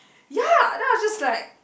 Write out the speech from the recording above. ya then I'll just like